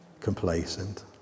complacent